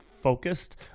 focused